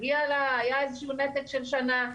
היה איזה שהוא נתק של שנה,